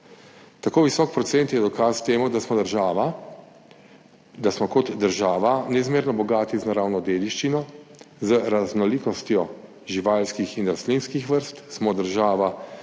Tako visok procent je dokaz temu, da smo država, da smo kot država neizmerno bogati z naravno dediščino, z raznolikostjo živalskih in rastlinskih vrst, smo država,